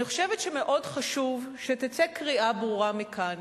אני חושבת שמאוד חשוב שתצא קריאה ברורה מכאן